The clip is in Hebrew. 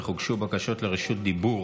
אך הוגשו בקשות רשות דיבור